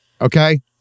okay